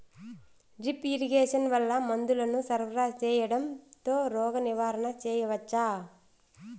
Drip irrigation వల్ల మందులను సరఫరా సేయడం తో రోగ నివారణ చేయవచ్చా?